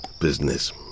business